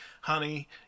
honey